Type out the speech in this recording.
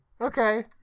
Okay